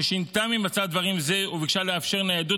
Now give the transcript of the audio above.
ששינתה ממצב דברים זה וביקשה לאפשר ניידות